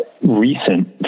recent